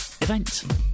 event